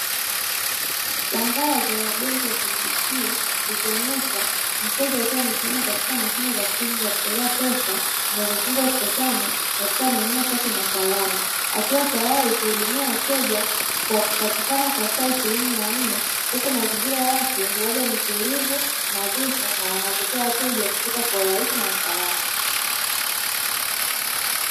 Tangazo la benki ya "KCB" likionyesha mteja akiwa amesimama katika mashine za kisasa za kutolea pesa zinazofungwa ukutani katika maeneo safi na salama, ikiwa tayari kuhudumia wateja kwa kupatikana kwa saa ishirini na nne huku mazingira yake yako tulivu, nadhifu na yanavutia wateja kufika kwa urahisi na usalama.